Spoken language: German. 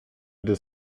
des